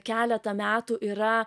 keletą metų yra